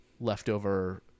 leftover